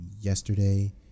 yesterday